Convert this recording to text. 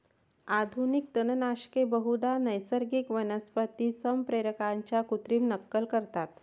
आधुनिक तणनाशके बहुधा नैसर्गिक वनस्पती संप्रेरकांची कृत्रिम नक्कल करतात